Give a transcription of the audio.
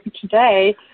today